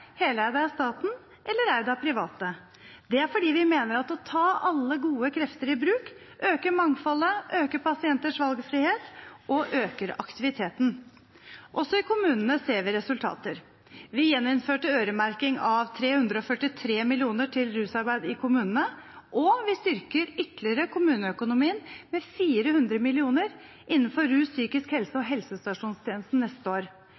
heleide av staten eller eid av private. Det er fordi vi mener at å ta alle gode krefter i bruk øker mangfoldet, øker pasienters valgfrihet og øker aktiviteten. Også i kommunene ser vi resultater: Vi gjeninnførte øremerking av 343 mill. kr til rusarbeid i kommunene, og vi styrker kommuneøkonomien ytterligere med 400 mill. kr innenfor rus, psykisk helse og helsestasjonstjenesten neste år.